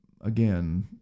again